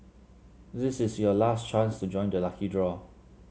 this is your last chance to join the lucky draw